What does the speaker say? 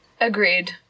Agreed